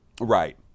right